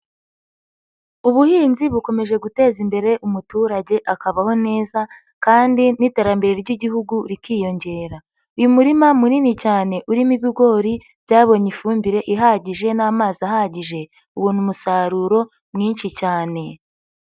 Ubuhinzi bukomeje guteza imbere umuturage akabaho neza kandi n'iterambere ry'igihugu rikiyongera. Uyu murima munini cyane urimo ibigori byabonye ifumbire ihagije n'amazi ahagije ubona umusaruro mwinshi cyane.